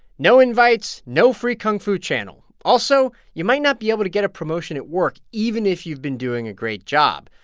no invites, no free kung fu channel. also you might not be able to get a promotion at work, even if you've been doing a great job.